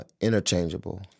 interchangeable